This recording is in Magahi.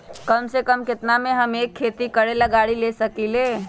कम से कम केतना में हम एक खेती करेला गाड़ी ले सकींले?